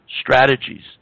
strategies